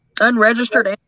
unregistered